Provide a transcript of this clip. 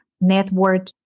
network